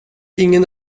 ingen